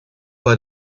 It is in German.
bei